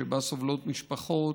שבה סובלות משפחות,